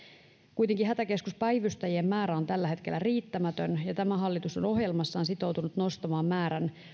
kuitenkin hätäkeskuspäivystäjien määrä on tällä hetkellä riittämätön ja tämä hallitus on ohjelmassaan sitoutunut nostamaan määrän